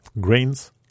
Grains